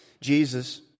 Jesus